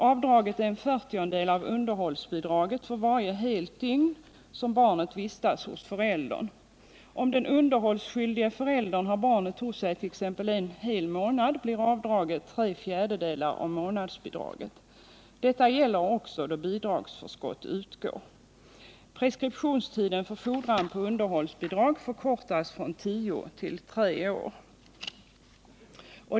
Avdraget är 1 4 av månadsbidraget. Detta gäller också då bidragsförskott utgår. Preskriptionstiden för fordran på underhållsbidrag förkortas från tio till tre år.